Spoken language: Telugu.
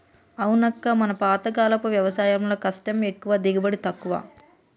అవునక్క మన పాతకాలపు వ్యవసాయంలో కష్టం ఎక్కువ దిగుబడి తక్కువ